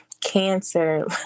Cancer